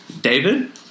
David